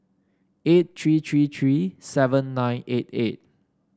eight three three three seven nine eight eight